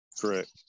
correct